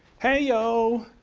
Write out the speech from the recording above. hey-o.